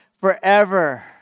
forever